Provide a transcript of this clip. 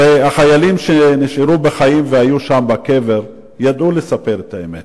הרי החיילים שנשארו בחיים והיו שם בקבר ידעו לספר את האמת.